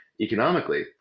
economically